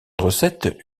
recettes